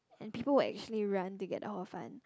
and people will actually run to get the hor fun